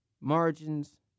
margins